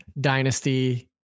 Dynasty